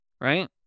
Right